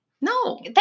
no